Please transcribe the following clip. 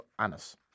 anus